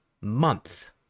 month